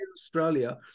Australia